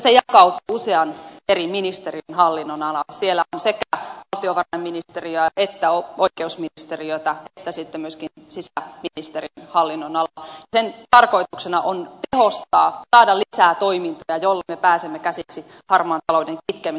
se jakautuu usean eri ministeriön hallinnonalalle siellä on sekä valtiovarainministeriötä että oikeusministeriötä että sitten myöskin sisäministeriön hallinnonalaa ja sen tarkoituksena on tehostaa saada lisää toimintoja joilla me pääsemme käsiksi harmaan talouden kitkemiseen